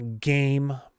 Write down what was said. game